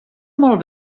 molt